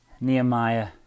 Nehemiah